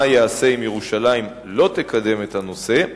מה ייעשה אם ירושלים לא תקדם את הנושא?